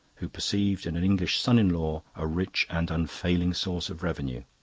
who perceived in an english son-in-law a rich and unfailing source of revenue.